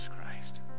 Christ